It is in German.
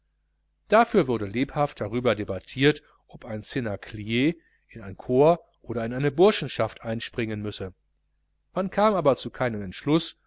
dafür wurde lebhaft darüber debattiert ob ein cnaclier in ein corps oder in eine burschenschaft einspringen müsse man kam aber zu keinem entschluß